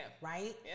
right